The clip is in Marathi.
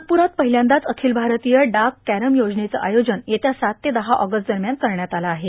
नागप्ररात पहिल्यांदाच अखिल भारतीय डाक कॅरम स्पर्धेचं आयोजन येत्या सात ते दहा ऑगस्ट दरम्यान करण्यात आलं आहे